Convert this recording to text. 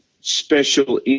special